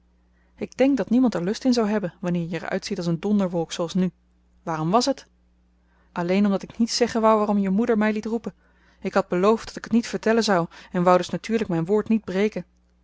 ik denk dat niemand er lust in zou hebben wanneer je er uitziet als een donderwolk zooals nu waarom was het alleen omdat ik niet zeggen wou waarom je moeder mij liet roepen ik had beloofd dat ik het niet vertellen zou en wou dus natuurlijk mijn woord niet breken